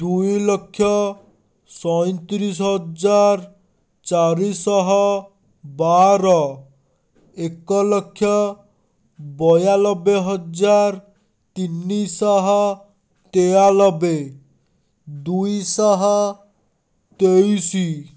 ଦୁଇଲକ୍ଷ ସଇଁତିରିଶ ହଜାର ଚାରିଶହ ବାର ଏକଲକ୍ଷ ବୟାନବେ ହଜାର ତିନିଶହ ତେୟାନବେ ଦୁଇଶହ ତେଇଶ